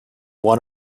one